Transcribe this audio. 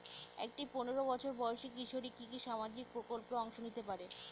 একটি পোনেরো বছর বয়সি কিশোরী কি কি সামাজিক প্রকল্পে অংশ নিতে পারে?